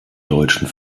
deutschen